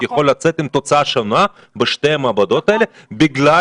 יכול לצאת עם תוצאה שונה בשתי המעבדות האלה בגלל